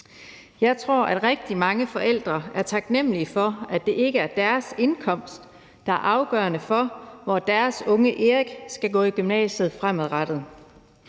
Jeg tror, at rigtig mange forældre er taknemlige for, at det ikke er deres indkomst, der er afgørende for, hvor deres unge Erik skal gå på gymnasiet, fremadrettet.